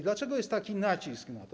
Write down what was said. Dlaczego jest taki nacisk na to?